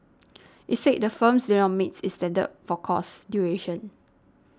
it said the firms did not meet its standards for course duration